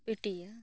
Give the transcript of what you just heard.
ᱯᱟᱹᱴᱤᱭᱟᱹ